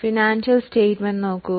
സാമ്പത്തിക പ്രസ്താവനകൾ നോക്കൂ